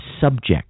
subject